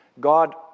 God